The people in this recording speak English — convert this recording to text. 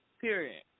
Period